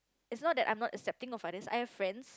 it's not that I'm not accepting of others I've friends